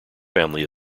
family